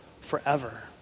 forever